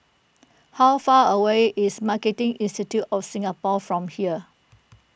how far away is Marketing Institute of Singapore from here